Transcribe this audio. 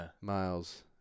miles